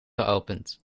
geopend